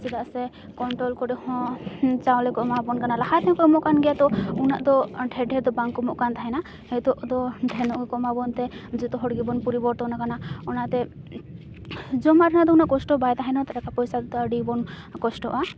ᱪᱮᱫᱟᱜ ᱥᱮ ᱠᱳᱱᱴᱳᱞ ᱠᱚᱨᱮᱫ ᱦᱚᱸ ᱪᱟᱣᱞᱮ ᱠᱚ ᱮᱢᱟᱣᱵᱚᱱ ᱠᱟᱱᱟ ᱞᱟᱦᱟᱛᱮᱦᱚᱸ ᱠᱚ ᱮᱢᱚᱜ ᱠᱟᱱ ᱜᱮᱭᱟ ᱛᱚ ᱩᱱᱟᱹᱜ ᱫᱚ ᱰᱷᱮᱨ ᱰᱷᱮᱨ ᱫᱚ ᱵᱟᱝᱠᱚ ᱮᱢᱚᱜ ᱠᱟᱱᱛᱟᱦᱮᱱᱟ ᱦᱤᱛᱚᱜ ᱫᱚ ᱰᱷᱮᱨ ᱧᱚᱜ ᱜᱮᱠᱚ ᱮᱢᱟ ᱵᱚᱱ ᱛᱮ ᱡᱚᱛᱚ ᱦᱚᱲ ᱜᱮᱵᱚᱱ ᱯᱚᱨᱤᱵᱚᱨᱛᱚᱱ ᱠᱟᱱᱟ ᱚᱱᱟᱛᱮ ᱡᱚᱢᱟᱜ ᱧᱩᱣᱟᱜ ᱫᱚ ᱩᱱᱟᱹᱜ ᱠᱚᱥᱴᱚ ᱵᱟᱭ ᱛᱟᱦᱮᱱᱟ ᱴᱟᱠᱟ ᱯᱚᱭᱥᱟ ᱛᱮᱫᱚ ᱟᱹᱰᱤ ᱵᱚᱱ ᱠᱚᱥᱴᱚᱜᱼᱟ